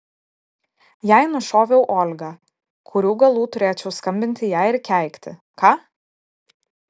jei nušoviau olgą kurių galų turėčiau skambinti jai ir keikti ką